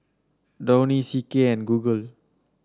Downy C K and Google